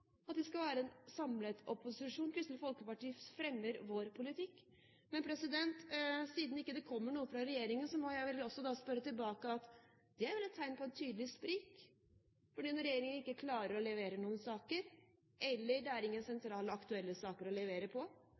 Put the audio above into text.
at det skal være en samlet opposisjon. Kristelig Folkeparti fremmer sin politikk. Men siden det ikke kommer noe fra regjeringen, må jeg også spørre tilbake: Det er vel et tegn på et tydelig sprik når regjeringen ikke klarer å levere noen saker? Når det ikke er noen sentrale, aktuelle saker å levere på,